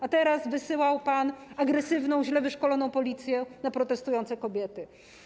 A teraz wysyłał pan agresywną, źle wyszkoloną policję na protestujące kobiety.